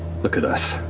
look at us.